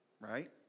right